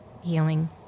healing